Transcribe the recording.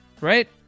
right